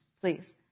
please